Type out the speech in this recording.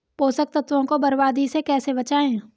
पोषक तत्वों को बर्बादी से कैसे बचाएं?